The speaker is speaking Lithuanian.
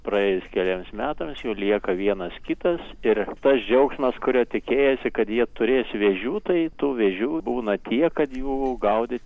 praėjus keliems metams jų lieka vienas kitas ir tas džiaugsmas kurio tikėjasi kad jie turės vėžių tai tų vėžių būna tiek kad jų gaudyt